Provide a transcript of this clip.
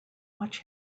watch